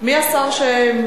הצביעו